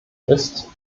ist